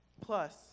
Plus